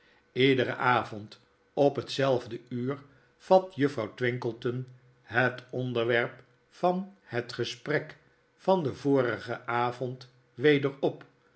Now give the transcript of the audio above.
lederen avond opnetzelfde uur vat juffrouw twinkleton het onderwerp van het gesprek van den vorigen avond weder op